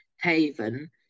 haven